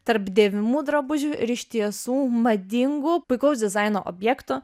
tarp dėvimų drabužių ir iš tiesų madingų puikaus dizaino objektų